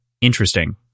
interesting